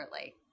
early